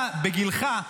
אתה בגילך,